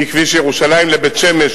מכביש ירושלים לבית-שמש,